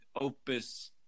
opus